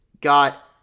got